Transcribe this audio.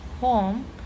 home